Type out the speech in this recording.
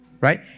Right